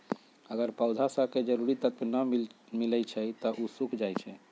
अगर पौधा स के जरूरी तत्व न मिलई छई त उ सूख जाई छई